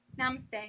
namaste